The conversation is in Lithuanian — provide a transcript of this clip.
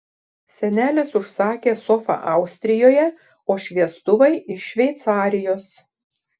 senelis užsakė sofą austrijoje o šviestuvai iš šveicarijos